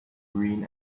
green